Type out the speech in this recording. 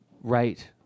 right